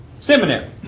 Seminary